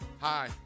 Hi